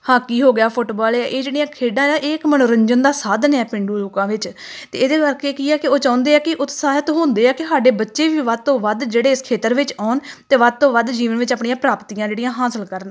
hockey ਹੋ ਗਿਆ football ਇਹ ਜਿਹੜੀਆਂ ਖੇਡਾਂ ਆ ਇਹ ਇੱਕ ਮਨੋਰੰਜਨ ਦਾ ਸਾਧਨ ਆ ਪੇਂਡੂ ਲੋਕਾਂ ਵਿੱਚ ਅਤੇ ਇਹਦੇ ਕਰਕੇ ਕੀ ਹੈ ਕਿ ਉਹ ਚਾਹੁੰਦੇ ਆ ਕਿ ਉਤਸ਼ਾਹਿਤ ਹੁੰਦੇ ਆ ਕਿ ਸਾਡੇ ਬੱਚੇ ਵੀ ਵੱਧ ਤੋਂ ਵੱਧ ਜਿਹੜੇ ਇਸ ਖੇਤਰ ਵਿੱਚ ਆਉਣ ਅਤੇ ਵੱਧ ਤੋਂ ਵੱਧ ਜੀਵਨ ਵਿੱਚ ਆਪਣੀਆਂ ਪ੍ਰਾਪਤੀਆਂ ਜਿਹੜੀਆਂ ਹਾਸਲ ਕਰਨ